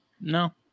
No